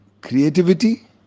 creativity